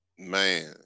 Man